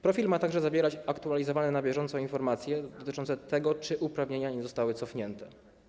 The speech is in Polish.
Profil ma także zawierać aktualizowane na bieżąco informacje dotyczące tego, czy uprawnienia nie zostały cofnięte.